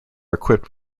equipped